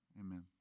amen